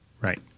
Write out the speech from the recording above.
Right